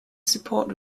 support